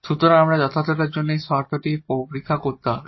সুতরাং আমাদের যথাযথতার জন্য এই শর্তটি পরীক্ষা করতে হবে